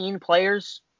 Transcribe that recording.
players